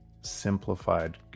simplified